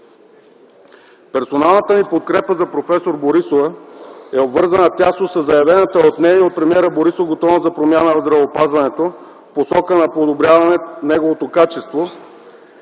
Персоналната ни подкрепа за проф. Борисова е обвързана тясно със заявената от нея и от премиера Борисов готовност за промяна в здравеопазването, в посока на подобряване на неговото качество